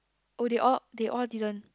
oh they all they all didn't